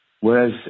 whereas